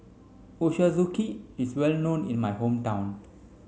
Ochazuke is well known in my hometown